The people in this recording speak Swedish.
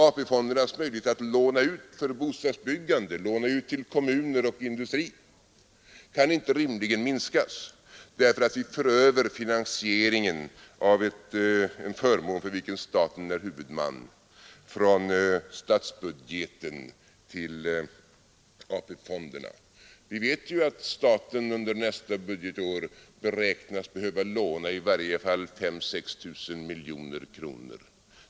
AP-fondernas möjligheter att låna ut för bostadsbyggande, att låna ut till kommuner och industri kan rimligen inte minskas för att vi för över finansieringen av en förmån för vilken staten är huvudman från statsbudgeten till AP-fonderna. Vi vet att staten under nästa budgetår beräknas behöva låna i varje fall 5 000—6 000 miljoner kronor.